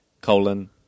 colon